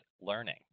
learning